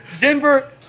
Denver